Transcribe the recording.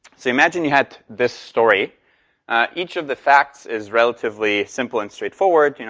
so imagine you had this story each of the facts is relatively simple and straightforward. you know